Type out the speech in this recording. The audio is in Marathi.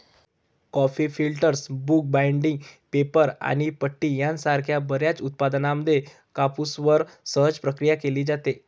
coffee filters, book binding, paper आणि पट्टी यासारख्या बर्याच उत्पादनांमध्ये कापूसवर सहज प्रक्रिया केली जाते